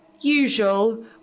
usual